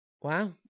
Wow